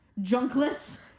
Junkless